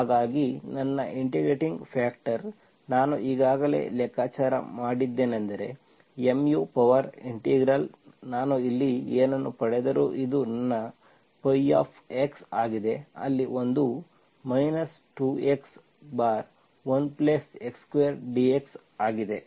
ಹಾಗಾಗಿ ನನ್ನ integrating factor ನಾನು ಈಗಾಗಲೇ ಲೆಕ್ಕಾಚಾರ ಮಾಡಿದ್ದೇನೆಂದರೆ Mu ಪವರ್ ಇಂಟಿಗ್ರಲ್ ನಾನು ಇಲ್ಲಿ ಏನನ್ನು ಪಡೆದರೂ ಇದು ನನ್ನ x ಆಗಿದೆ ಅಲ್ಲಿ ಒಂದು 2 x1x2 dx ಆಗಿದೆ